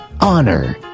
honor